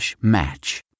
match